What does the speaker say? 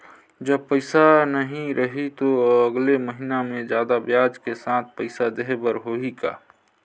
जब पइसा नहीं रही तो अगले महीना मे जादा ब्याज के साथ पइसा देहे बर होहि का?